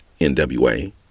NWA